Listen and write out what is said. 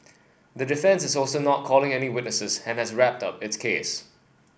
the defence is also not calling any witnesses and has wrapped up its case